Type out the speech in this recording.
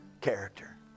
Character